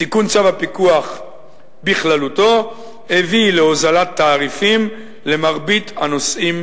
תיקון צו הפיקוח בכללותו הביא להוזלת תעריפים למרבית הנוסעים